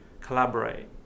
collaborate